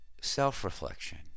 self-reflection